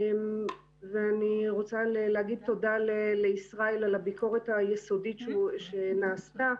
אני רוצה להגיד תודה לישראל על הביקורת היסודית שנעשתה.